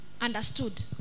understood